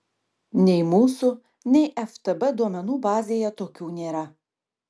nei mūsų nei ftb duomenų bazėje tokių nėra